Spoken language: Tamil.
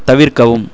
தவிர்க்கவும்